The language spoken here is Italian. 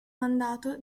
mandato